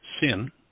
sin